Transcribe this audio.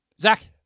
Zach